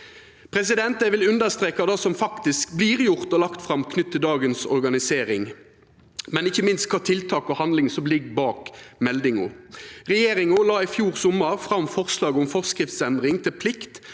Eg vil understreka det som faktisk vert gjort og lagt fram knytt til dagens organisering, men ikkje minst kva tiltak og handling som ligg bak meldinga. Regjeringa la i fjor sommar fram forslag om forskriftsendring til plikt